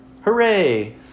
hooray